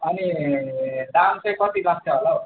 अनि दाम चाहिँ कति लाग्छ होला हौ